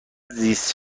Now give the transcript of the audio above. زیست